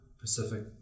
Pacific